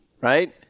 Right